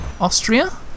Austria